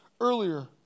earlier